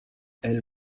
elle